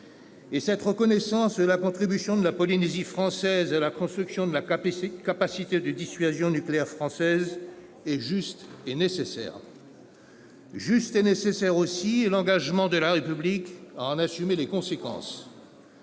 cette reconnaissance de la contribution de la Polynésie française à la construction de la capacité de dissuasion nucléaire française est juste et nécessaire. Juste et nécessaire aussi est l'engagement de la République à en assumer les conséquences,